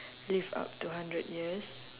live up to hundred years